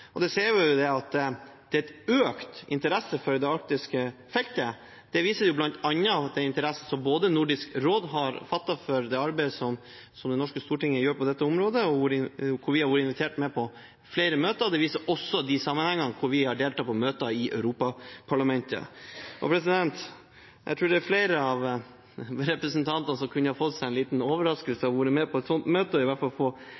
og det ser vi ved at det er en økt interesse for det arktiske feltet. Det viser bl.a. den interessen Nordisk råd har fattet for det arbeidet som det norske stortinget gjør på dette området, hvor vi har blitt invitert med på flere møter. Det viser også de sammenhengene der vi har deltatt på møter i Europaparlamentet. Jeg tror det er flere av representantene som kunne fått seg en liten overraskelse